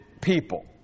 people